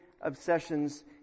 obsessions